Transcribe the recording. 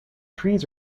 trees